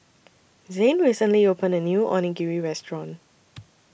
Zane recently opened A New Onigiri Restaurant